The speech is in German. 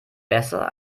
besser